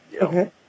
Okay